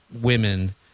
women